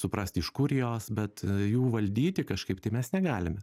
suprasti iš kur jos bet jų valdyti kažkaip tai mes negalime